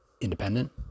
independent